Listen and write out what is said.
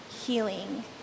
healing